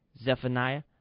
Zephaniah